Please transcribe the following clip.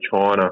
China